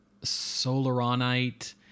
solaronite